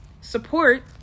support